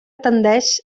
tendeix